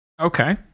Okay